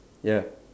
ya